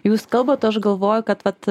jūs kalbat o aš galvoju kad vat